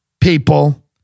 people